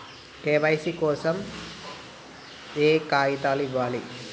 KYC కోసం ఏయే కాగితాలు ఇవ్వాలి?